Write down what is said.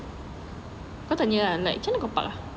kau tanya lah macam mana kau nampak